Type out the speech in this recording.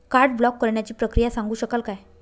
Card block करण्याची प्रक्रिया सांगू शकाल काय?